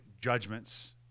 judgments